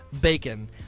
Bacon